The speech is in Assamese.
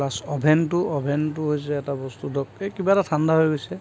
প্লাছ অভেনটো অভেনটো হৈছে এটা বস্তু ধৰক এই কিবা এটা ঠাণ্ডা হৈ গৈছে